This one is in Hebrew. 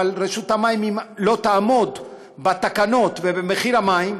אבל אם רשות המים לא תעמוד בתקנות ובמחיר המים,